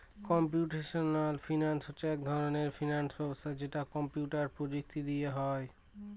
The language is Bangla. কম্পিউটেশনাল ফিনান্স হচ্ছে এক ধরনের ফিনান্স ব্যবস্থা যেটা কম্পিউটার প্রযুক্তি দিয়ে হয়